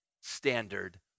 standard